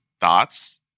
thoughts